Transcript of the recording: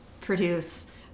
produce